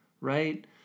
Right